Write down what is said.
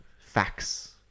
facts